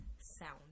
sound